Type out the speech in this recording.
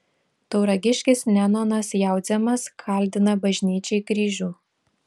tauragiškis nenonas jaudzemas kaldina bažnyčiai kryžių